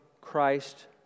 Christ